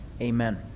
Amen